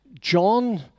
John